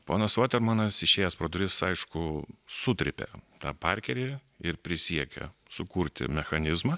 ponas votermanas išėjęs pro duris aišku sutrypė tą parkerį ir prisiekė sukurti mechanizmą